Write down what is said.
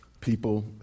People